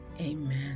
Amen